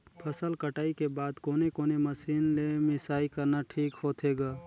फसल कटाई के बाद कोने कोने मशीन ले मिसाई करना ठीक होथे ग?